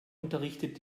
unterrichtet